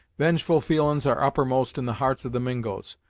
vengeful feelin's are uppermost in the hearts of the mingos,